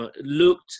looked